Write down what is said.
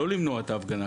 לא למנוע את ההפגנה.